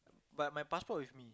but my passport with me